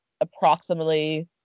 approximately